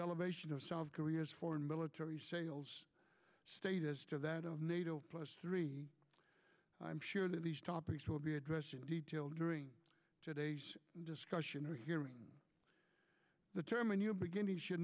elevation of south korea's foreign military sales status to that of nato plus three i'm sure that these topics will be addressed in detail during today's discussion or hearing the term a new beginning should